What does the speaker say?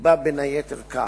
נקבע בין היתר כך: